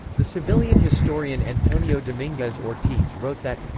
the sevillian historian antonio dominguez ortiz wrote that.